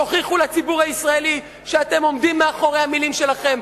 תוכיחו לציבור הישראלי שאתם עומדים מאחורי המלים שלכם,